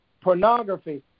pornography